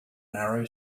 narrow